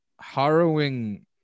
harrowing